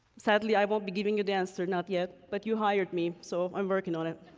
sadly, i won't be giving you the answer, not yet, but you hired me, so i'm working on it.